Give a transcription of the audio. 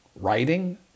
Writing